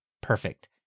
perfect